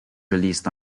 released